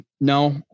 no